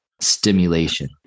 stimulation